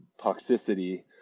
toxicity